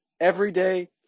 everyday